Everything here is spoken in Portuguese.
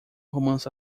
romance